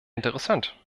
interessant